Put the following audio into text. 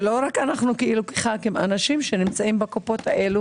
ולא רק אנחנו כח"כים, אנשים שנמצאים בקופות האלה